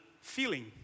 feeling